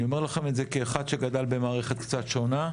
אני אומר לכם את זה כאחד שגדל במערכת קצת שונה.